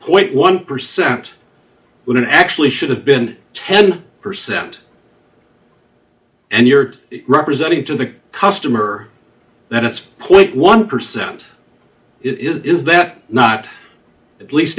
point one percent you don't actually should have been ten percent and you're representing to the customer that it's point one percent is that not at least